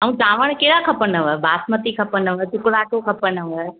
ऐं चांवर कहिड़ा खपनव बासमती खपनव टुकड़ाटू खपनव